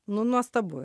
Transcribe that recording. nu nuostabu